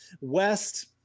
West